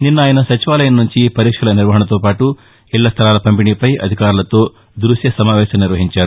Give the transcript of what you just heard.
నిన్న ఆయన సచివాలయం నుంచి పరీక్షల నిర్వహణతోపాటు ఇళ్ల స్థలాల పంపిణీపై వారితో ద్బశ్య సమావేశం నిర్వహించారు